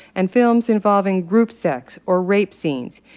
and films involving group sex or rape scenes.